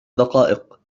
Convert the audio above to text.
دقائق